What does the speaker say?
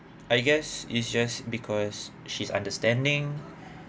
I guess is just because she's understanding